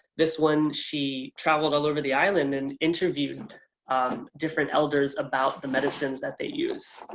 this one, she traveled all over the island and interviewed and um different elders about the medicines that they use.